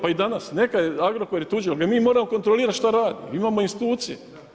Pa i danas, neka je, Agrokor je tuđi ali ga mi moramo kontrolirati što radi, imamo institucije.